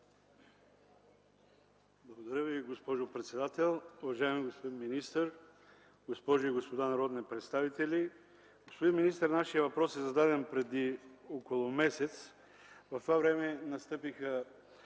Благодаря Ви, госпожо председател. Уважаеми господин министър, госпожи и господа народни представители! Господин министър, нашият въпрос е зададен преди около месец. В това време настъпиха